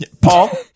Paul